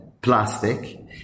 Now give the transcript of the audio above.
plastic